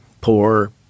poor